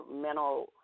mental